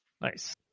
nice